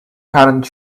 current